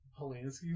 Polanski